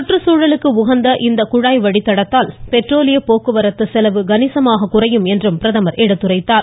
சுற்றுச்சூழலுக்கு உகந்த இந்த குழாய் வழித்தடத்தால் பெட்ரோலிய போக்குவரத்து செலவு கணிசமாக குறையும் என்றும் பிரதமர் எடுத்துரைத்தார்